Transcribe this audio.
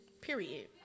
Period